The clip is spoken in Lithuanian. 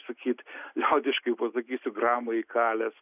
sakyt liaudiškai pasakysiu gramą įkalęs